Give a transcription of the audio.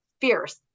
fierce